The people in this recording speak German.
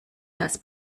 das